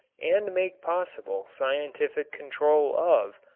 and make possible scientific control of,